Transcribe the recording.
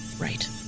right